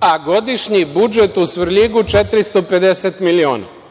a godišnji budžet u Svrljigu 450 miliona.